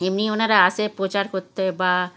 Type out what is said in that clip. এমনি ওনারা আসে প্রচার করতে বা